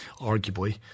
arguably